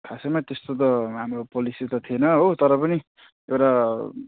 खासैमा त्यस्तो त हाम्रो पोलिसी त थिएन हो तर पनि एउटा